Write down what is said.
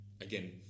again